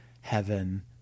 heaven